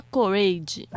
Courage